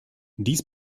dies